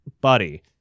buddy